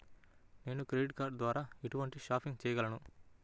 నేను credit card ద్వార ఎటువంటి షాపింగ్ చెయ్యగలను?